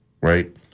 right